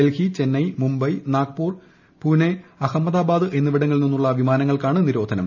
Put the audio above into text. ഡൽഹി ചെന്നൈ മുംബൈ നാഗ്പൂർ പൂനെ അഹമ്മദാബാദ് എന്നിവിടങ്ങളിൽ നിന്നുള്ള വിമാനങ്ങൾക്കാണ് നിരോധനം